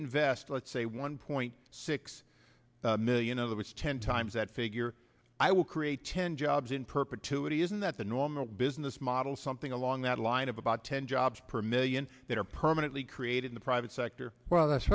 invest let's say one point six million of that was ten times that figure i will create ten jobs in perpetuity isn't that the normal business model something along that line of about ten jobs per million that are permanently created in the private sector well that's